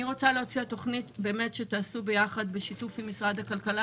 אני רוצה להציע תכנית שתעשו בשיתוף עם משרד הכלכלה